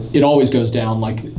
it always goes down. like,